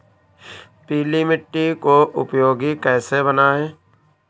पीली मिट्टी को उपयोगी कैसे बनाएँ?